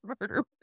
murder